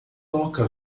toca